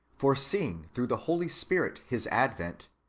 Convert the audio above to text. foreseeing through the holy spirit his advent,